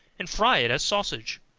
and fry it as sausage.